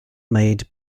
made